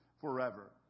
forever